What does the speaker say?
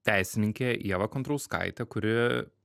teisininkė ieva kontrauskaitė kuri